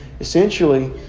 essentially